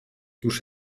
już